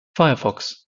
firefox